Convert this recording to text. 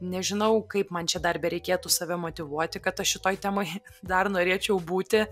nežinau kaip man čia dar bereikėtų save motyvuoti kad aš šitoj temoj dar norėčiau būti